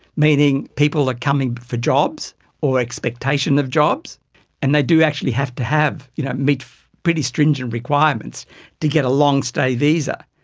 meaning people are coming for jobs or expectation of jobs and they do actually have to you know meet pretty stringent requirements to get a long-stay visa.